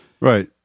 Right